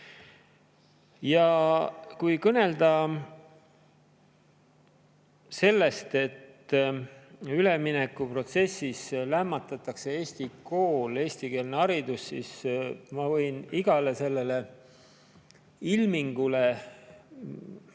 Kui kõneldakse sellest, et üleminekuprotsessis lämmatatakse eesti kool, eestikeelne haridus, siis ma võin igale sellisele ilmingule ja